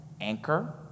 anchor